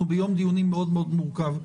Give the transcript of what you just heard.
אנחנו ביום דיונים מורכב מאוד.